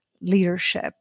leadership